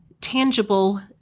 tangible